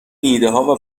ایدهها